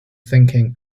thinking